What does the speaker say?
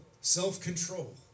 Self-control